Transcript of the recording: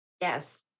Yes